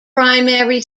primary